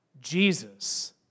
Jesus